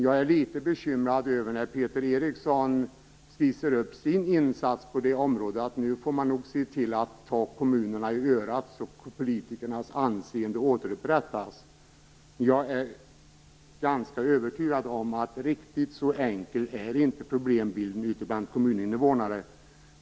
Jag är litet bekymrad när Peter Eriksson skissar sin insats på det området, att man nu får se till att ta kommunerna i örat så att politikernas anseende återupprättas. Jag är ganska övertygad om att riktigt så enkel är inte problembilden ute bland kommuninvånare.